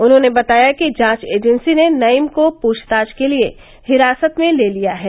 उन्होंने बताया कि जांच एजेंसी ने नईम को पूछताछ के लिए हिरासत में ले लिया है